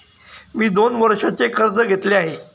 मी दोन वर्षांचे कर्ज घेतले आहे